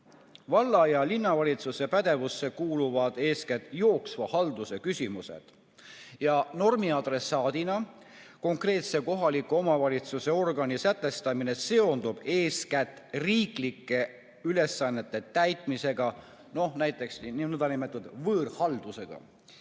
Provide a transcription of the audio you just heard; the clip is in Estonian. Valla- ja linnavalitsuse pädevusse kuuluvad eeskätt jooksva halduse küsimused. Normiadressaadina konkreetse kohaliku omavalitsuse organi sätestamine seondub eeskätt riiklike ülesannete täitmisega, näiteks nn võõrhaldusega,